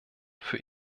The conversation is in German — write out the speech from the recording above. für